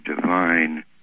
divine